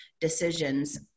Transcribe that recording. decisions